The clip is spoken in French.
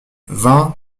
vingt